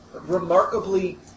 remarkably